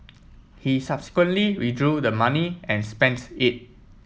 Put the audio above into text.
he subsequently withdrew the money and spends it